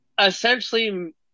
essentially